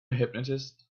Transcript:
hypnotist